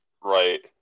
Right